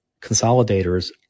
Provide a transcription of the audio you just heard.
consolidators